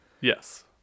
Yes